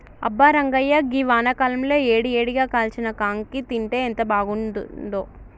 అబ్బా రంగాయ్య గీ వానాకాలంలో ఏడి ఏడిగా కాల్చిన కాంకి తింటే ఎంత బాగుంతుందో